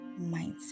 mindset